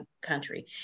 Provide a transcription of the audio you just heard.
country